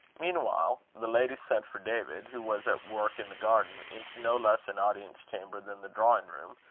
meanwhile the lady sent for david, who was at work in the garden, into no less an audience-chamber than the drawing-room,